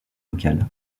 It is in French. local